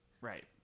Right